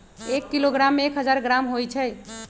एक किलोग्राम में एक हजार ग्राम होई छई